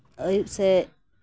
ᱟᱹᱭᱩᱵ ᱥᱮᱫ